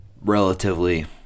relatively